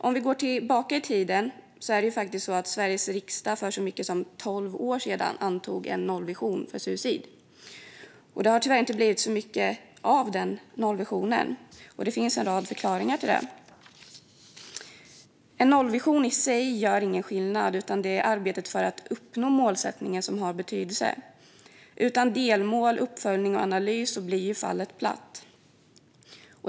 Om vi går tillbaka i tiden antog faktiskt Sveriges riksdag för så mycket som tolv år sedan en nollvision för suicid. Det har tyvärr inte blivit så mycket av den nollvisionen, och det finns en rad förklaringar till det. En nollvision i sig gör ingen skillnad, utan det är arbetet för att uppnå målsättningen som har betydelse. Utan delmål, uppföljning och analys blir fallet platt.